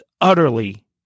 utterly